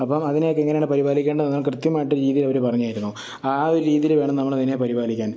അപ്പോൾ അതിനെയൊക്കെ എങ്ങനെയാണ് പരിപാലിക്കേണ്ടതെന്ന് കൃത്യമായിട്ട് രീതിയിലവർ പറഞ്ഞു തരുന്നു ആ ഒരു രീതിയിൽ വേണം നമ്മളതിനെ പരിപാലിക്കാന്